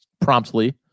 promptly